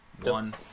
One